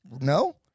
No